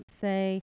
say